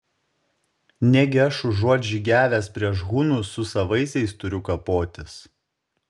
negi aš užuot žygiavęs prieš hunus su savaisiais turiu kapotis